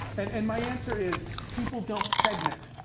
and and my answer is people don't segment.